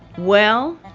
well,